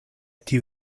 tiu